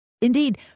Indeed